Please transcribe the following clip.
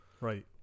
right